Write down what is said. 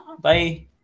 Bye